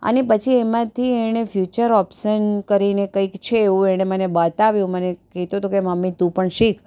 અને પછી એમાંથી એણે ફ્યુચર ઓપ્સન કરીને કંઈક છે એવું એણે મને બતાવ્યું મને કહેતો હતો કે મમ્મી તું પણ શીખ